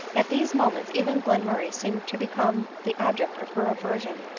at these moments even glenmurray seemed to become the object of her aversion.